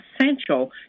essential